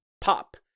Pop